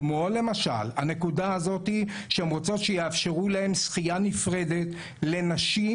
כמו למשל הנקודה הזאת שהן רוצות שיאפשרו להן שחייה נפרדת לנשים,